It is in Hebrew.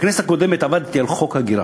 בכנסת הקודמת עבדתי על חוק הגירה.